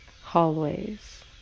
hallways